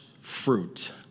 fruit